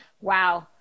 Wow